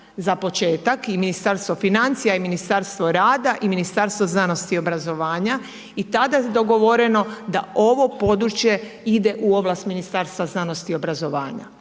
za početak i Ministarstvo financija i Ministarstvo rada i Ministarstvo znanosti i obrazovanja i tada je dogovoreno da ovo područje ide u ovlast Ministarstva znanosti i obrazovanja.